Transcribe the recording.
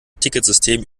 ticketsystem